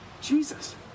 Jesus